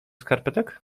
skarpetek